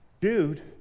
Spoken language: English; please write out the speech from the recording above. Dude